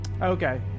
Okay